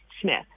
Smith